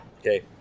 Okay